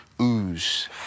ooze